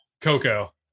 Coco